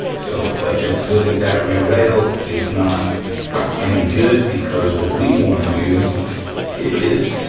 so but it's good that that rear rail is not any good because what we wanna do is